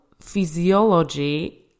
physiology